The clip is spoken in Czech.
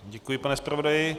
Děkuji, pane zpravodaji.